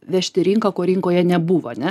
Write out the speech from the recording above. vežti rinką ko rinkoje nebuvo ne